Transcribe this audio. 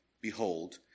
Behold